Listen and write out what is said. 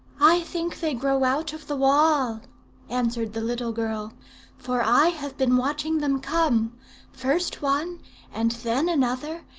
i think they grow out of the wall answered the little girl for i have been watching them come first one and then another,